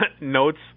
notes